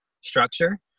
structure